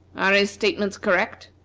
are his statements correct?